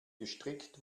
gestrickt